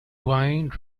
wine